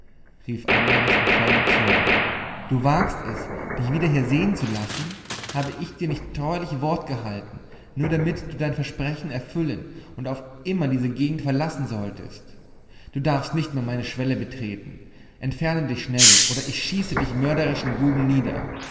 rief andres in vollem zorn du wagst es dich wieder hier sehen zu lassen habe ich dir nicht treulich wort gehalten nur damit du dein versprechen erfüllen und auf immer diese gegend verlassen solltest du darfst nicht mehr meine schwelle betreten entferne dich schnell oder ich schieße dich mörderischen buben nieder